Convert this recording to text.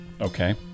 Okay